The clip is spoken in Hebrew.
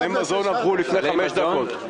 סלי המזון עברו לפני חמש דקות.